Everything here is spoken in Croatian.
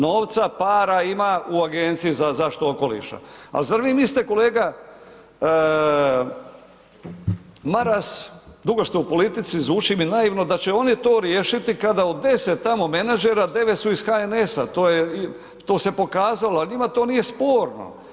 Novca, para ima u Agenciji za zaštitu okoliša, a zar vi smislite kolega Maras, dugo ste u politici zvuči mi naivno da će oni to riješiti kada od 10 tamo menadžera 9 su iz HNS-a, to se pokazalo, al njima to nije sporno.